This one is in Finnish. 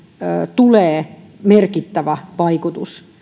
tulee merkittävä vaikutus